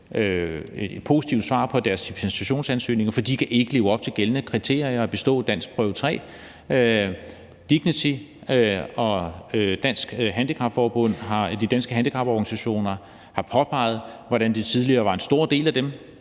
et positivt svar på deres dispensationsansøgninger, fordi de ikke kan leve op til gældende kriterier og bestå danskprøve 3. DIGNITY, Dansk Handicap Forbund og Danske Handicaporganisationer har påpeget, hvordan det tidligere var en stor del af dem,